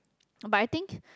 oh but I think